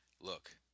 look